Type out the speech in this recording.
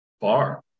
bar